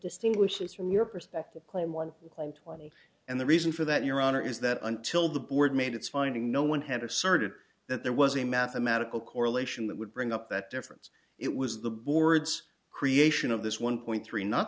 distinguishes from your perspective claim one hundred twenty and the reason for that your honor is that until the board made its finding no one had asserted that there was a mathematical correlation that would bring up that difference it was the board's creation of this one point three not